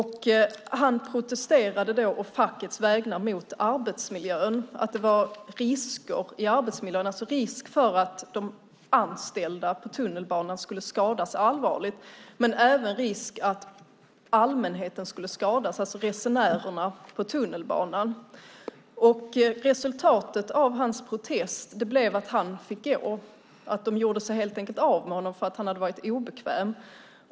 Han protesterade då å fackets vägnar mot arbetsmiljön, att det var risker i arbetsmiljön och risk för att de anställda i tunnelbanan skulle skadas allvarligt men även risk för att allmänheten, alltså resenärerna, skulle skadas på tunnelbanan. Resultatet av hans protest blev att arbetsgivaren helt enkelt gjorde sig av med honom. Han fick gå för att han hade varit obekväm.